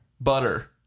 butter